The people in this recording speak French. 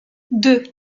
deux